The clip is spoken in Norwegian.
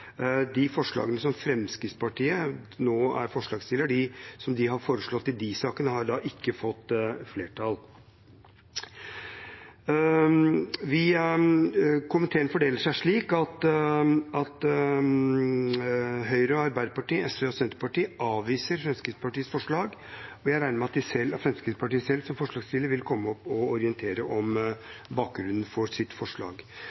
De forslagene som Fremskrittspartiet, som nå er forslagsstiller, har foreslått i de sakene, har da ikke fått flertall. Komiteen fordeler seg slik at Høyre og Arbeiderpartiet, Sosialistisk Venstreparti og Senterpartiet avviser Fremskrittspartiets forslag, og jeg regner med at Fremskrittspartiet selv som forslagsstiller vil komme opp og orientere om bakgrunnen for sitt forslag.